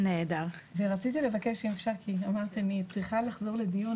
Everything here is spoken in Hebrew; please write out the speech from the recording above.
רציתי לבקש: עוד מעט אני צריכה לחזור לדיון,